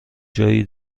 جایی